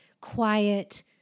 quiet –